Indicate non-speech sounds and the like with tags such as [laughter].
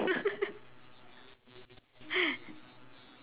[laughs]